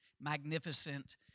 magnificent